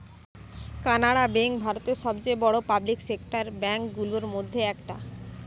Canara bank ভারতের সবচেয়ে বড়ো পাবলিক সেক্টর ব্যাঙ্ক গুলোর মধ্যে একটা